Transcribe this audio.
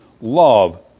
love